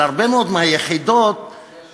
של הרבה מאוד מהיחידות היא,